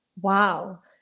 Wow